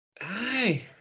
hi